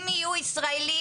אם יהיו ישראלים,